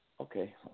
Okay